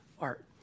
art